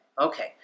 Okay